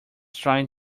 trying